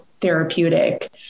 therapeutic